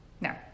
No